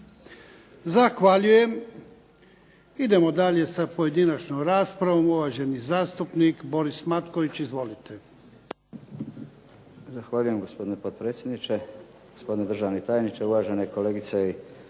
Zahvaljujem. Idemo dalje sa pojedinačnom raspravom. Uvaženi zastupnik Boris Matković. Izvolite. **Matković, Borislav (HDZ)** Zahvaljujem. Gospodine potpredsjedniče, gospodine državni tajniče, uvažene kolegice i